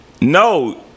No